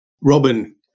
Robin